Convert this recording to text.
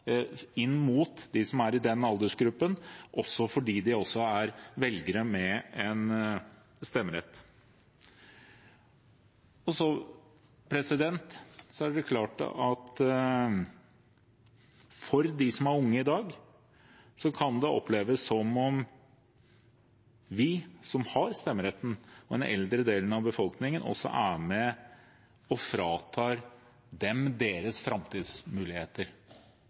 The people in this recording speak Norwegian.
fordi de er velgere med stemmerett. For dem som er unge i dag, kan det oppleves som om vi som har stemmerett, den eldre delen av befolkningen, er med og fratar dem deres framtidsmuligheter.